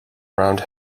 round